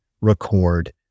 record